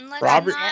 Robert